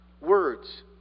words